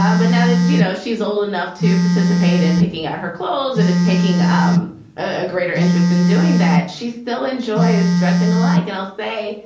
ah and but now that you know, she's old enough to participate in picking out her clothes and is taking um a greater interest in doing that, she still enjoys dressing alike. and i'll say,